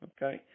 Okay